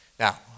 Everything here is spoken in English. Now